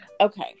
Okay